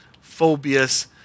phobias